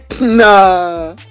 Nah